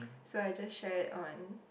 so I just share it on